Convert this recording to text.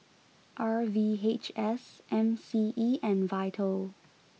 R V H S M C E and Vital